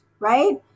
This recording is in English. right